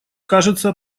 кажется